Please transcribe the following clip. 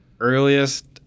earliest